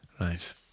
right